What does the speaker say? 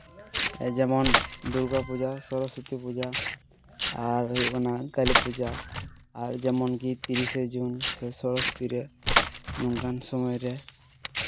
ᱡᱮᱢᱚᱱ ᱫᱩᱨᱜᱟ ᱯᱩᱡᱟ ᱥᱚᱨᱚᱥᱚᱛᱤ ᱯᱩᱡᱟ ᱟᱨ ᱦᱩᱭᱩᱜ ᱠᱟᱱᱟ ᱠᱟ ᱞᱤᱯᱩᱡᱟ ᱟᱨ ᱡᱮᱢᱚᱱᱠᱤ ᱛᱤᱨᱤᱥᱮ ᱡᱩᱱ ᱥᱮ ᱥᱚᱨᱚᱥᱚᱛᱤ ᱨᱮ ᱱᱚᱝᱠᱟᱱ ᱥᱚᱢᱚᱭ ᱨᱮ